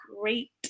great